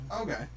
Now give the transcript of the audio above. Okay